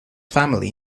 family